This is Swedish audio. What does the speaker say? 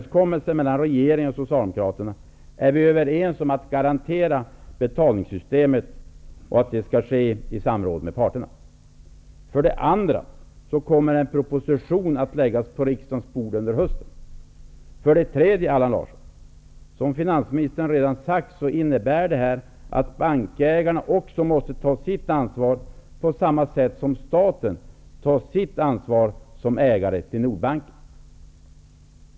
Socialdemokraterna är vi för det första överens om att garantera betalningssystemet och att det skall ske i samråd med parterna. För det andra kommer en proposition att läggas på riksdagens bord under hösten. För det tredje, Allan Larsson, innebär detta, som finansministern redan har sagt, att bankägarna också måste ta sitt ansvar, på samma sätt som staten tar sitt ansvar som ägare till Nordbanken.